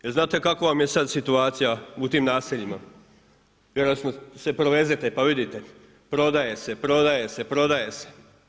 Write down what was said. Jer znate kakva vam je sada situacija u tim naseljima, vjerojatno se provezete pa vidite, prodaje se, prodaje se, prodaje se.